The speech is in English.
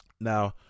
Now